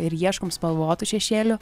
ir ieškom spalvotų šešėlių